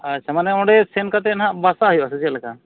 ᱟᱪᱪᱷᱟ ᱢᱟᱱᱮ ᱚᱸᱰᱮ ᱥᱮᱱ ᱠᱟᱛᱮ ᱱᱟᱦᱟᱜ ᱵᱟᱥᱟᱜ ᱦᱩᱭᱩᱜᱼᱟ ᱥᱮ ᱪᱮᱫᱞᱮᱠᱟ